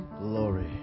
Glory